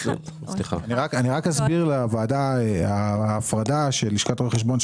אני רק אסביר לוועדה שההפרדה של לשכת רואי חשבון,